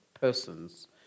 persons